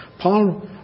Paul